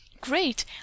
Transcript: Great